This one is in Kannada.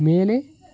ಮೇಲೆ